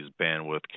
bandwidth